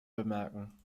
bemerken